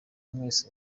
mwese